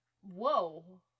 Whoa